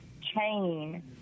chain